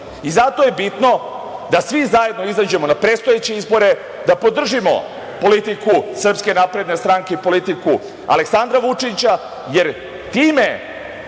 i zato je bitno da svi zajedno izađemo na predstojeće izbore, da podržimo politiku Srpske napredne stranke i politiku Aleksandra Vučića, jer time